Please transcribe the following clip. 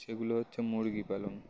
সেগুলো হচ্ছে মুরগি পালন